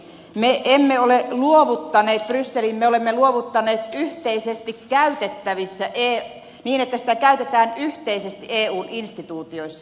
me emme ole luovuttaneet sitä brysseliin me olemme luovuttaneet sitä niin että sitä käytetään yhteisesti eun instituutioissa